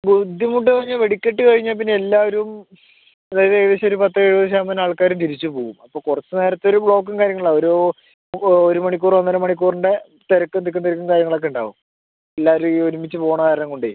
ബുദ്ധിമുട്ട് പറഞ്ഞാൽ വെടിക്കെട്ട് കഴിഞ്ഞാൽ പിന്നെ എല്ലാവരും അതായത് ഏകദേശമൊരു പത്തു എഴുപത് ശതമാനം ആൾക്കാരും തിരിച്ചു പോകും അപ്പോൾ കുറച്ചു നേരത്തു ഒരു ബ്ലോക്കും കാര്യങ്ങള് ഒരു ഒരു മണിക്കൂറ് ഒന്നര മണിക്കൂറിൻ്റെ തിരക്കും തിക്കും തിരക്കും കാര്യങ്ങളുമൊക്കെ ഉണ്ടാകും എല്ലാവരും ഈ ഒരുമിച്ചു പോവണ കാര്യം കൊണ്ട്